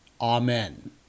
Amen